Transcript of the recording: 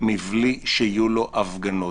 מבלי שיהיו לו הפגנות,